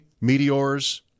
Meteors